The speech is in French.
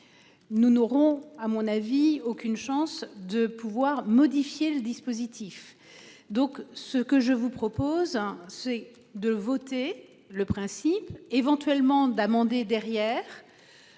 Nous n'aurons à mon avis, aucune chance de pouvoir modifier le dispositif. Donc ce que je vous propose c'est de voter le principe éventuellement. D'amender derrière.